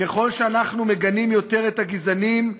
ככל שאנחנו מגנים יותר את הגזענים,